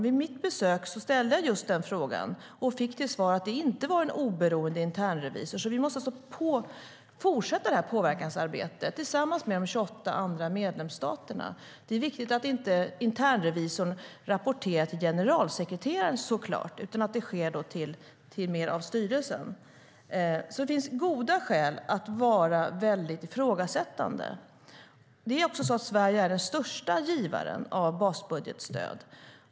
Vid mitt besök ställde jag just den frågan och fick till svar att det inte var en oberoende internrevisor. Vi måste fortsätta påverkansarbetet tillsammans med de 28 andra medlemsstaterna. Det är så klart viktigt att inte internrevisorn rapporterar till generalsekreteraren, utan det ska ske till styrelsen. Det finns alltså goda skäl att vara ifrågasättande. Sverige är den största givaren av basbudgetstöd.